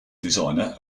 designer